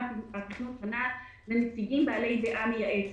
התכנון פנה באופן יזום לנציגים בעלי דעה מייעצת.